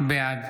בעד